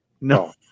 No